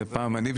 זה